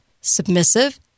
submissive